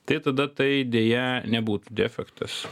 tai tada tai deja nebūtų defektas